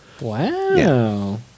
Wow